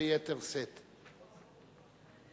ביתר שאת,